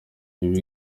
ibe